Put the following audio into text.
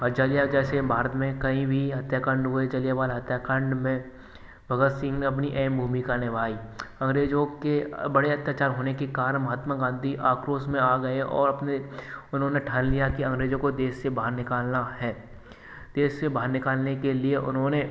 और जलिया जैसे भारत में कईं भी हत्याकांड हुए जलियाँवाला हत्याकांड में भगत सिंह ने अपनी अहम भूमिका निभाई अंग्रेज़ों के बड़े अत्याचार होने के कारण महात्मा गांधी आक्रोश में आ गए और अपने उन्होंने ठान लिया कि अंग्रेज़ों को देश से बाहर निकालना है देश से बाहर निकालने के लिए उन्होंने